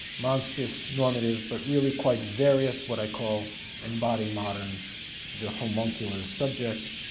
monstrous normative, but really quite various what i call in body modern the homuncular subject.